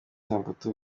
samputu